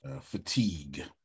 Fatigue